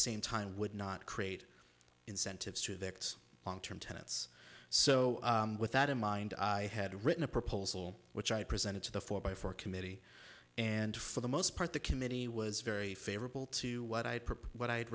same time would not create incentives to their thoughts long term tenants so with that in mind i had written a proposal which i presented to the four by four committee and for the most part the committee was very favorable to what i